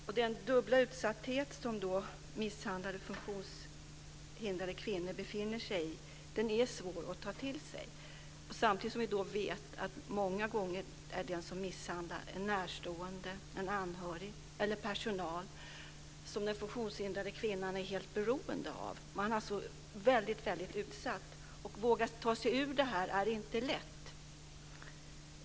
Den dubbla utsatthet som misshandlade funktionshindrade kvinnor befinner sig i är svår att ta till sig. Samtidigt vet vi att den som misshandlar många gånger är en närstående, en anhörig eller en i personalen som den funktionshindrade kvinnan är helt beroende av. Man är alltså väldigt utsatt. Att våga ta sig ur det här är inte lätt.